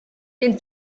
den